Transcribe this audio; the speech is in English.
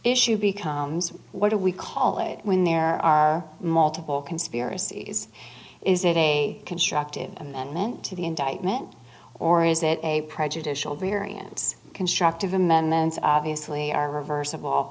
issue becomes what do we call it when there are multiple conspiracies is it a constructive amendment to the indictment or is it a prejudicial variance constructive amendments obviously are reversible